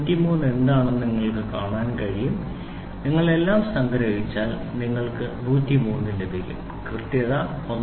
103 എന്താണെന്ന് നിങ്ങൾക്ക് കാണാൻ കഴിയും നിങ്ങൾ എല്ലാം സംഗ്രഹിച്ചാൽ നിങ്ങൾക്ക് 103 ലഭിക്കും കൃത്യത 1